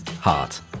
Heart